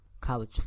College